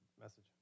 message